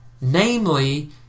Namely